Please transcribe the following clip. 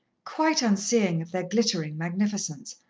quite unseeing of their glittering magnificence,